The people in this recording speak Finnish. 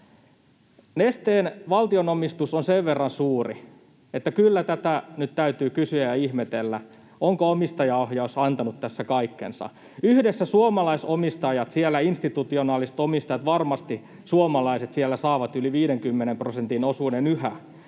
Nesteen valtionomistus on sen verran suuri, että kyllä tätä nyt täytyy kysyä ja ihmetellä, onko omistajaohjaus antanut tässä kaikkensa. Yhdessä suomalaisomistajat, institutionaaliset omistajat, varmasti saavat siellä yhä yli 50 prosentin osuuden.